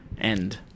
end